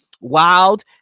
wild